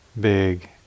big